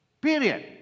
Period